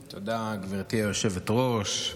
תודה, גברתי היושבת-ראש.